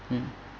mm